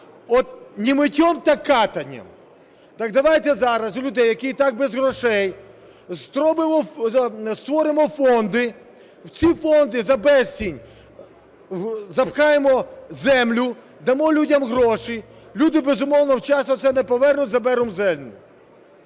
От "не мытьем, так катаньем"! Так давайте зараз у людей, які і так без грошей, створимо фонди, в ці фонди за безцінь запхаємо землю, дамо людям гроші, люди, безумовно, вчасно це не повернуть – заберемо землю.